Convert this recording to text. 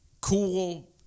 cool